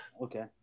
Okay